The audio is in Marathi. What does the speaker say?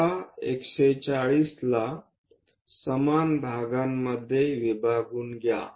आता 140 ला समान भागांमध्ये विभागून घ्या